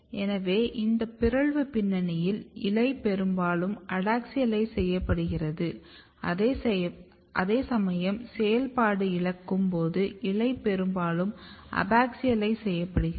எனவே இந்த பிறழ்ந்த பின்னணியில் இலை பெரும்பாலும் அடாக்ஸியலைஸ் செய்யப்படுகிறது அதேசமயம் செயல்பாட்டு இழக்கும் போது இலை பெரும்பாலும் அபாக்சியலைஸ் செய்யப்படுகிறது